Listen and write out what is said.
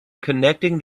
connecting